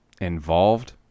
involved